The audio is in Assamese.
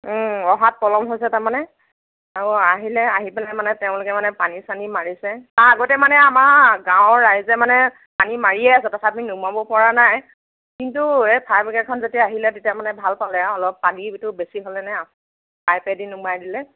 অহাত পলম হৈছে তাৰমানে আৰু আহিলে আহি পেলাই মানে তেওঁলোকে মানে পানী চানী মাৰিছে তাৰ আগতে মানে আমাৰ গাঁৱৰ ৰাইজে মানে পানী মাৰিয়ে আছে তথাপি নুমাব পৰা নাই কিন্তু এই ফায়াৰ ব্ৰিগেডখন যেতিয়া আহিলে তেতিয়া মানে ভাল পালে আৰু অলপ পানীটো বেছি হ'লে ন পাইপেদি নুমাই দিলে